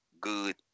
good